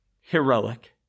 heroic